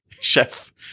Chef